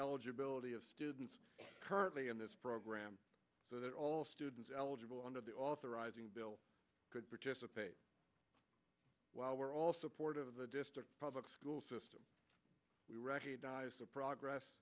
eligibility of students currently in this program so that all students eligible under the authorizing bill could participate while we're all supportive of the district public school system we recognize the progress